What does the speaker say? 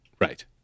Right